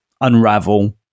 unravel